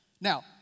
Now